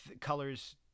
colors –